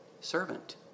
servant